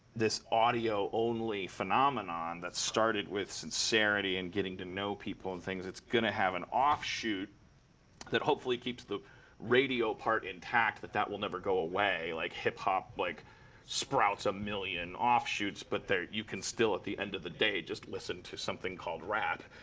this audio-only phenomenon, that started with sincerity and getting to know people, and things it's going to have an offshoot that, hopefully, keeps the radio part intact. that that will never go away. like, hip-hop like sprouts a million offshoots, but you can still, at the end of the day, just listen to something called rap.